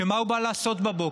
שמה הוא בא לעשות בבוקר?